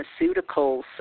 Pharmaceuticals